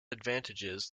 advantages